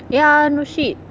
ya no shit